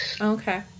Okay